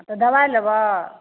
तऽ दवाइ लेबऽ